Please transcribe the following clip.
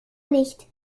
nicht